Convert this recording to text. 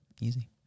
Easy